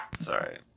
Sorry